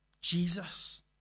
Jesus